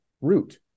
root